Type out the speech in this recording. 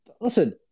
Listen